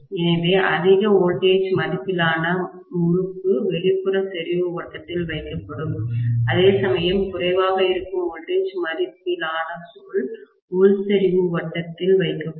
எனவே அதிக வோல்டேஜ் மதிப்பிலான முறுக்கு வெளிப்புற செறிவு வட்டத்தில் வைக்கப்படும் அதேசமயம் குறைவாக இருக்கும் வோல்டேஜ் மதிப்பிலான சுருள் உள் செறிவு வட்டத்தில் வைக்கப்படும்